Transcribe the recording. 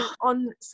on